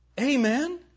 Amen